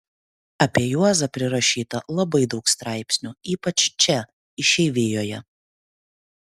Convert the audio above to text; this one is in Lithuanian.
apie juozą prirašyta labai daug straipsnių ypač čia išeivijoje